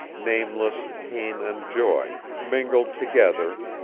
nameless pain and joy, mingled together,